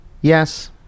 Yes